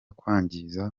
kwangiza